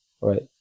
right